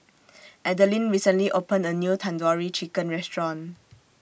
Adalynn recently opened A New Tandoori Chicken Restaurant